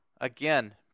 again